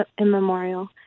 immemorial